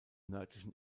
nördlichen